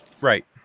right